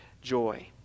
joy